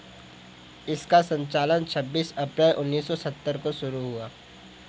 इसका संचालन छब्बीस अप्रैल उन्नीस सौ सत्तर को शुरू हुआ